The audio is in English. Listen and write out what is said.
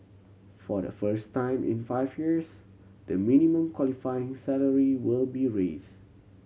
for the first time in five years the minimum qualifying salary will be raise